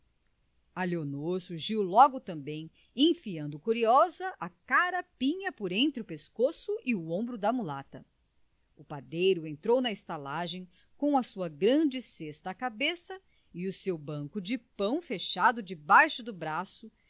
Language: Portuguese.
leonor surgiu logo também enfiando curiosa a carapinha por entre o pescoço e o ombro da mulata o padeiro entrou na estalagem com a sua grande cesta à cabeça e o seu banco de pau fechado debaixo do braço